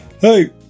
Hey